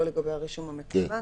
זה לא לגבי הרישום המקוון,